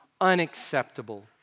unacceptable